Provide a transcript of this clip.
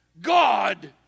God